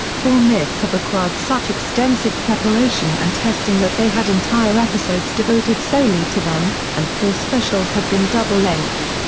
four myths have required such extensive preparation and testing that they had entire episodes devoted solely to them, and four specials have been double-length.